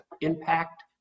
impact